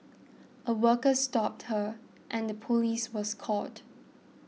a worker stopped her and the police was called